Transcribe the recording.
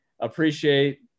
appreciate